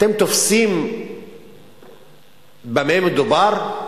אתם תופסים במה מדובר?